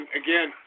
again